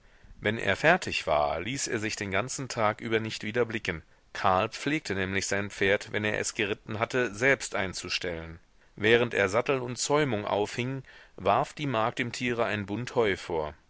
wenn er fertig war ließ er sich den ganzen tag über nicht wieder blicken karl pflegte nämlich sein pferd wenn er es geritten hatte selbst einzustellen während er sattel und zäumung aufhing warf die magd dem tiere ein bund heu vor